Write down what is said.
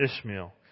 Ishmael